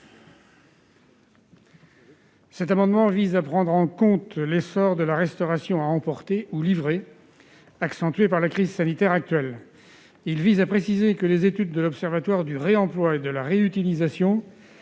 Cet amendement vise à prendre en compte l'essor de la restauration à emporter ou livrée, essor qui a été accentué par la crise sanitaire. Il vise à préciser que les études de l'observatoire du réemploi et de la réutilisation,